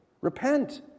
Repent